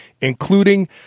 including